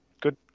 Good